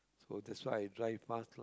so that's why i drive fast